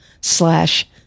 slash